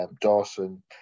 Dawson